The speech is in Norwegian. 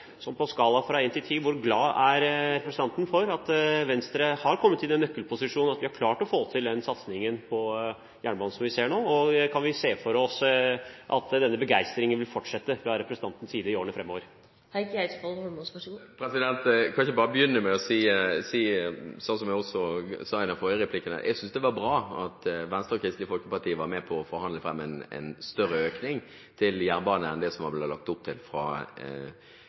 På en skala fra 1 til 10 – hvor glad er representanten for at Venstre har kommet i den nøkkelposisjon at vi har klart å få til den satsingen på jernbane som vi ser nå? Og kan vi se for oss at denne begeistringen vil fortsette fra representantens side i årene framover? Kan jeg ikke bare begynne med å si – slik jeg også sa i den forrige replikken her – at jeg synes det var bra at Venstre og Kristelig Folkeparti var med på å forhandle fram en større økning til jernbane enn det var lagt opp til fra